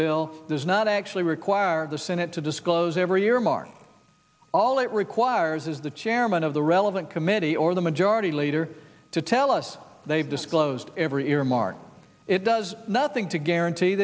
does not actually require the senate to disclose every earmark all it requires is the chairman of the relevant committee or the majority leader to tell us they've disclosed every earmark it does nothing to guarantee